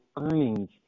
earnings